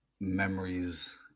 memories